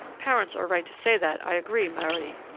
parents are right to say that, i agree, marie,